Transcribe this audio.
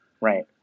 right